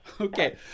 Okay